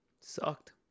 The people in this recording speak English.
Sucked